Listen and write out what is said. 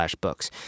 books